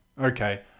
okay